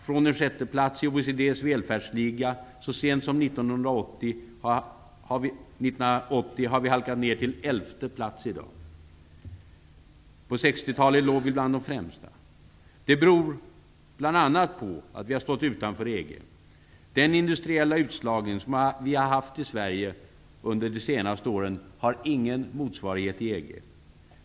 Från en sjätte plats i OECD:s välfärdsliga så sent som 1980 har vi halkat ner till elfte plats i dag. På 60-talet låg vi bland de främsta. Det här beror bl.a. på att Sverige har stått utanför EG. Den industriella utslagningen i Sverige under de senaste åren har ingen motsvarighet i EG.